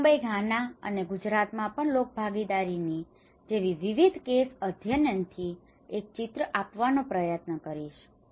હું મુંબઈ ઘાના અને ગુજરાતમાં પણ લોકભાગીદારી જેવા વિવિધ કેસ અધ્યયનથી એક ચિત્ર આપવાનો પ્રયત્ન કરીશ